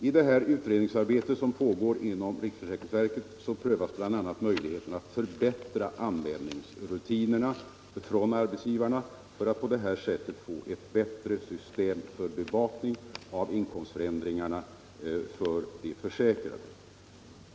I det utredningsarbete som sålunda sker inom riksförsäkringsverket prövas bl.a. möjligheten att förbättra anmälningsrutinerna från arbetsgivarna för att på det sättet få ett bättre system för bevakning av inkomstförändringarna för de försäkrade.